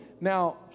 Now